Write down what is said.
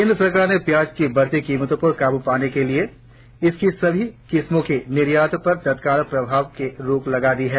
केंद्र सरकार ने प्याज की बढ़ती कीमतों पर काबू पाने के लिए इसकी सभी किस्मों के निर्यात पर तत्काल प्रभाव से रोक लगा दी है